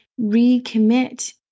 recommit